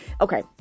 Okay